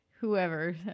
whoever